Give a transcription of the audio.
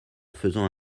faisant